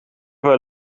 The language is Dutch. haar